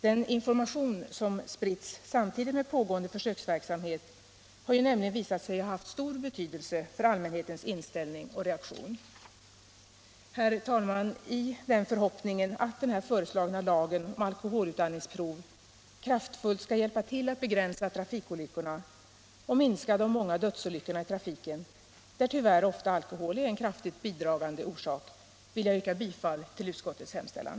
Den information som spritts samtidigt med pågående försöksverksamhet har nämligen haft stor betydelse för allmänhetens inställning och reaktion. Herr talman! I förhoppningen att den här föreslagna lagen om alkoholutandningsprov kraftfullt skall hjälpa till att begränsa trafikolyckorna och minska de många dödsolyckorna i trafiken — där tyvärr ofta alkohol är en kraftigt bidragande orsak — vill jag yrka bifall till utskottets hemställan.